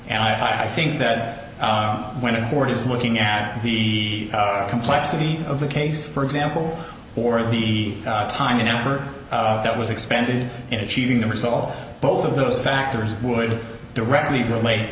and i think that when a court is looking at the complexity of the case for example or the time and effort that was expended in achieving the result both of those factors would directly relate